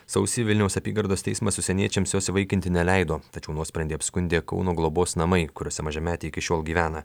sausį vilniaus apygardos teismas užsieniečiams jos įsivaikinti neleido tačiau nuosprendį apskundė kauno globos namai kuriuose mažametė iki šiol gyvena